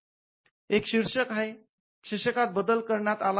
एक शीर्षक आहे शीर्षकात बदल करण्यात आला आहे